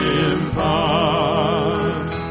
impart